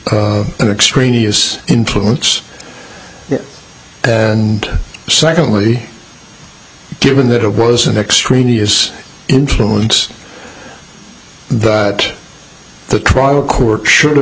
an extraneous influence and secondly given that it was an extraneous influence that the trial court sho